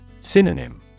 Synonym